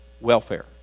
welfare